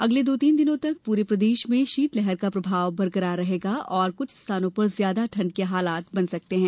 अगले दो से तीन दिनों तक पूरे प्रदेश में शीतलहर का प्रभाव बरकरार रहेगा और कुछ स्थानों पर अति तीव्र ठंड के हालात बन सकते हैं